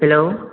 hello